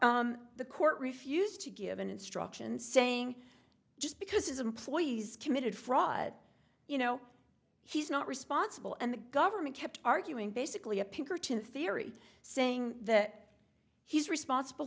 that the court refused to give an instruction saying just because his employees committed fraud you know he's not responsible and the government kept arguing basically a pinkerton theory saying that he's responsible